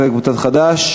להלן: קבוצת סיעת חד"ש,